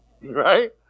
right